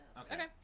okay